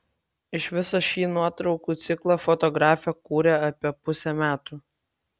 iš viso šį nuotraukų ciklą fotografė kūrė apie pusę metų